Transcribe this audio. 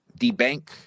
debank